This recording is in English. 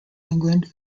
england